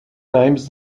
times